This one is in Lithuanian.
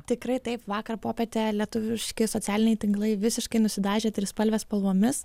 tikrai taip vakar popietę lietuviški socialiniai tinklai visiškai nusidažė trispalvės spalvomis